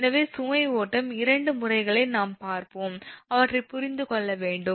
எனவே சுமை ஓட்டம் 2 முறைகளை நாம் பார்ப்போம் அவற்றை புரிந்து கொள்ள வேண்டும்